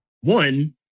one